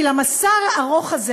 כי למסע הארוך הזה